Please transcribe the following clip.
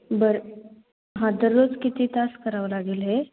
बरं हां दररोज किती तास करावं लागेल हे